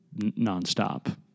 nonstop